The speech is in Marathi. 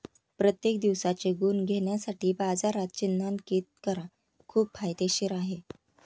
प्रत्येक दिवसाचे गुण घेण्यासाठी बाजारात चिन्हांकित करा खूप फायदेशीर आहे